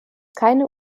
keine